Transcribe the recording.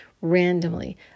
randomly